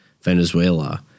Venezuela